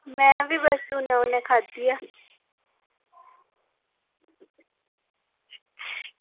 में बी बस हूनै हूनै खाद्धी ऐ